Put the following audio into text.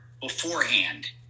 beforehand